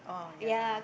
oh yeah lah